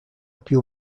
più